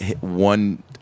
one